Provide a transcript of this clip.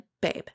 babe